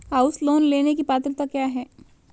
House loan लेने की पात्रता क्या है?